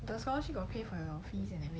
the scholarship got pay for your fees and everything